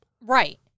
Right